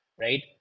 Right